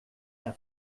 här